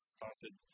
started